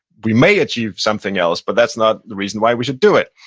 we may achieve something else, but that's not the reason why we should do it.